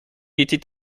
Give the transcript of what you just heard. était